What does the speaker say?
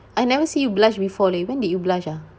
I never see you blush before leh when did you blush ah